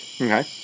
Okay